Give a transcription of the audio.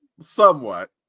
somewhat